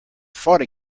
fought